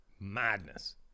madness